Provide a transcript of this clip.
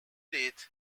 date